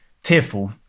tearful